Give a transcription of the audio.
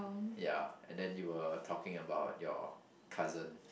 ya and then you were talking about your cousin